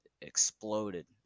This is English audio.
exploded